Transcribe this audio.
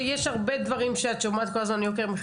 שיש הרבה דברים שאת שומעת כל הזמן "יוקר מחיה,